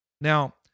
Now